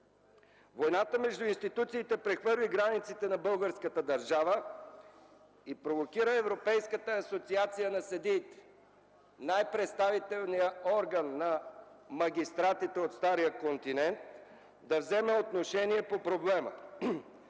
Войната между институциите прехвърли границите на българската държава и провокира Европейската асоциация на съдиите – най-представителният орган на магистратите от стария континент, да вземе отношение по проблема.